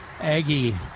Aggie